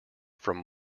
from